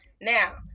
Now